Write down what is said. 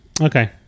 Okay